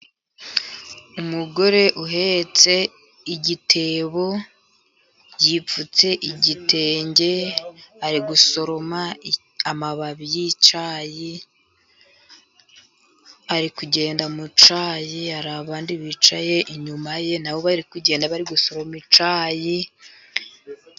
Umugore uhetse igitebo yipfutse igitenge ari gusoroma amababi y'icyayi .Ari kugenda mu cyayi hari abandi bicaye inyuma ye, nabo bari kugenda bari gusoroma icyayi.